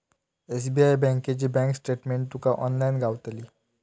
SBI बँकेची bank statement तुका online गावतली